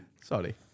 sorry